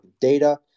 data